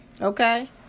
Okay